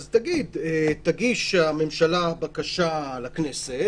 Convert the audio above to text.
תגיד: תגיש הממשלה בקשה לכנסת,